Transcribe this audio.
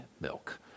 milk